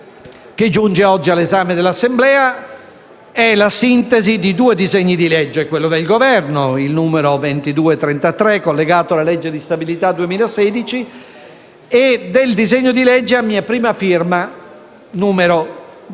che giunge oggi all'esame dell'Assemblea è la sintesi del disegno di legge del Governo n. 2233, collegato alla legge di stabilità 2016, e del disegno di legge a mia prima firma n. 2229.